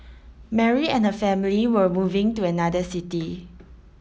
Mary and family were moving to another city